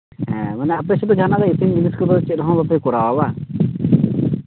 ᱦᱮᱸ ᱢᱟᱱᱮ ᱟᱯᱮ ᱥᱮᱫ ᱫᱚ ᱡᱟᱦᱟᱱᱟᱜ ᱫᱚ ᱤᱥᱤᱱ ᱡᱤᱱᱤᱥ ᱠᱚᱫᱚ ᱪᱮᱫ ᱦᱚᱸ ᱵᱟᱯᱮ ᱠᱚᱨᱟᱣᱟ ᱵᱟᱝ